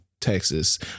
Texas